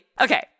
Okay